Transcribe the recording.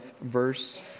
verse